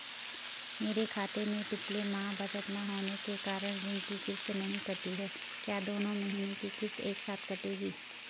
मेरे खाते में पिछले माह बचत न होने के कारण ऋण की किश्त नहीं कटी है क्या दोनों महीने की किश्त एक साथ कटेगी?